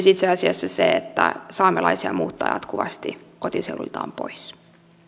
itse asiassa se että saamelaisia muuttaa jatkuvasti kotiseuduiltaan pois